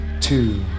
two